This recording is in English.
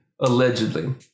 allegedly